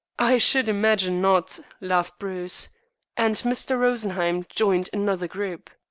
i should imagine not, laughed bruce and mr. rosenheim joined another group.